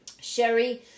Sherry